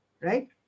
Right